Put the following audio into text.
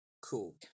Cool